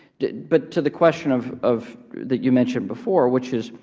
but to the question of of that you mentioned before which is